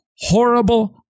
horrible